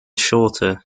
shorter